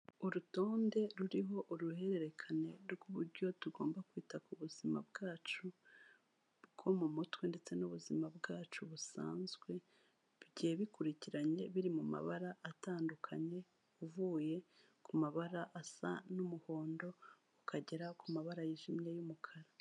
Urutonde ruriho uruhererekane rw'uburyo tugomba kwita ku buzima bwacu bwo mu mutwe ndetse n'ubuzima bwacu busanzwe, bigiye bikurikiranye biri mu mabara atandukanye, uvuye ku mabara asa n'umuhondo, ukagera ku mabara yijimye y'umukara.